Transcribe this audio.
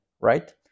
right